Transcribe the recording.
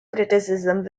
criticism